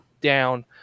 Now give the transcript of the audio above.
down